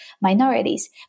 minorities